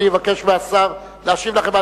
אני אבקש מהשר להשיב לכם.